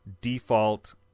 Default